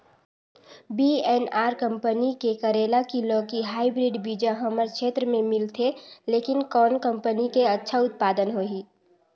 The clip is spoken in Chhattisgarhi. वी.एन.आर कंपनी के करेला की लौकी हाईब्रिड बीजा हमर क्षेत्र मे मिलथे, लेकिन कौन कंपनी के अच्छा उत्पादन होही?